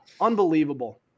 unbelievable